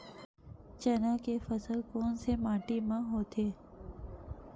चना के फसल कोन से माटी मा होथे?